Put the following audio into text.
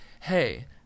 hey